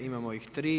Imamo ih tri.